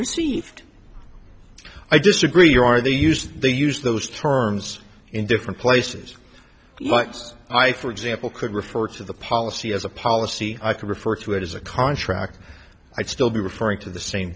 received i disagree here are they used they use those terms in different places but i for example could refer to the policy as a policy i can refer to it as a contract i'd still be referring to the same